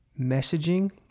messaging